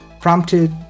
Prompted